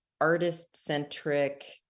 artist-centric